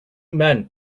men